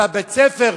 שבית-ספר,